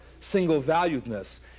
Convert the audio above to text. single-valuedness